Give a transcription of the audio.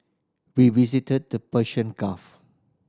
we visited the Persian Gulf